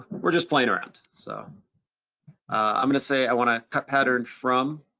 we're just playing around. so i'm gonna say, i wanna cut pattern from,